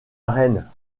arène